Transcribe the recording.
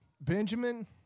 Benjamin